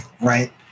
Right